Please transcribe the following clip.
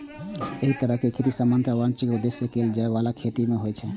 एहि तरहक खेती सामान्यतः वाणिज्यिक उद्देश्य सं कैल जाइ बला खेती मे होइ छै